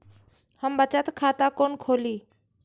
हम बचत खाता कोन खोली?